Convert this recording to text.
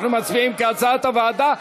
אנחנו מצביעים כהצעת הוועדה.